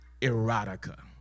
Erotica